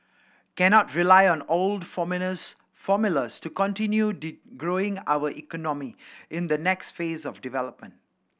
cannot rely on old formulas to continue growing our economy in the next phase of development